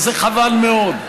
וזה חבל מאוד,